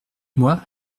moi